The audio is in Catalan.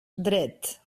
dret